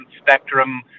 spectrum